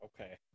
Okay